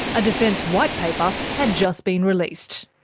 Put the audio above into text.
a defence white paper had just been released.